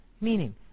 meaning